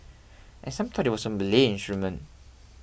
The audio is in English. and some thought it was a Malay instrument